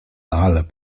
ale